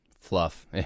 fluff